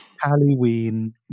Halloween